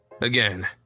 Again